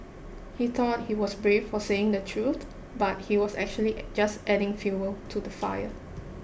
he thought he was brave for saying the truth but he was actually just adding fuel to the fire